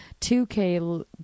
2K